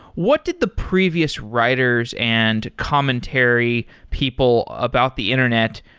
what did the previous writers and commentary people about the internet,